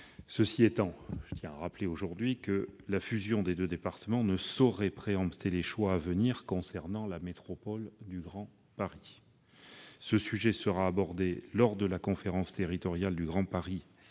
de la grande couronne. Je précise que la fusion des deux départements ne saurait préempter les choix à venir concernant la métropole du Grand Paris. Ce sujet sera abordé lors de la Conférence territoriale du Grand Paris